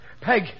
Peg